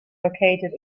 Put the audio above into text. located